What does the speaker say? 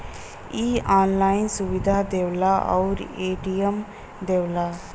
इ ऑनलाइन सुविधा देवला आउर ए.टी.एम देवला